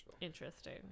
Interesting